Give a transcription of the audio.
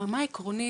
ברמה העקרונית,